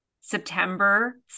September